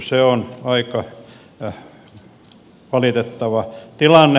se on aika valitettava tilanne